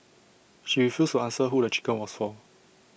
she refused to answer who the chicken was for